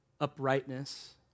uprightness